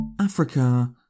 Africa